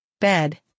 bed